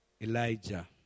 Elijah